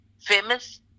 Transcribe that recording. famous